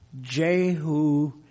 Jehu